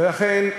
ולכן,